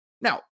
Now